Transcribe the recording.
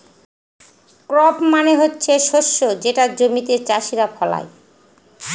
crop মানে হচ্ছে শস্য যেটা জমিতে চাষীরা ফলায়